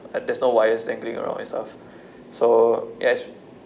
uh there's no wires dangling around and stuff so yes